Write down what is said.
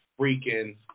freaking